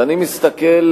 ואני מסתכל,